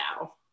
now